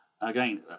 again